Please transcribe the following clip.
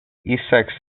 essex